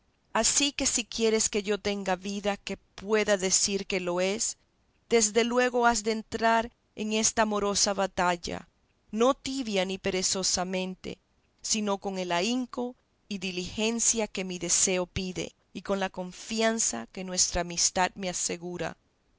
así que si quieres que yo tenga vida que pueda decir que lo es desde luego has de entrar en esta amorosa batalla no tibia ni perezosamente sino con el ahínco y diligencia que mi deseo pide y con la confianza que nuestra amistad me asegura